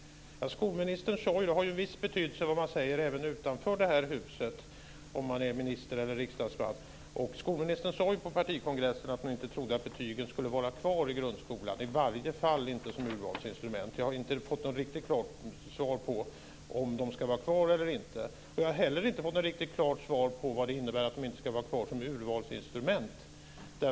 Det har ju en viss betydelse vad man säger även utanför det här huset om man är minister eller riksdagsman. Skolministern sade på partikongressen att hon inte trodde att betygen skulle vara kvar i grundskolan, i varje fall inte som urvalsinstrument. Jag har inte fått något riktigt svar på om de ska vara kvar eller inte. Jag har inte heller fått något riktigt svar på vad det innebär att de inte ska vara kvar som urvalsinstrument.